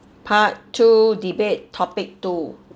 part two debate topic two